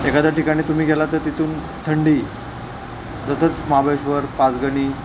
एखाद्या ठिकाणी तुम्ही गेला तर तिथून थंडी जसं महाबळेश्वर पाचगणी